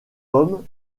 homme